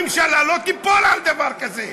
הממשלה לא תיפול על דבר כזה,